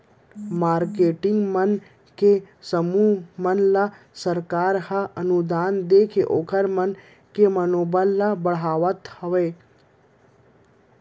marketing मन के समूह मन ल सरकार ह अनुदान देके ओखर मन के मनोबल ल बड़हाथे